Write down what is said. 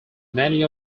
many